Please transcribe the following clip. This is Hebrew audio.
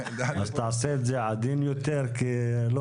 אז תעשה את זה עדין יותר כי אנחנו לא